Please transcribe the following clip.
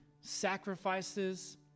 Sacrifices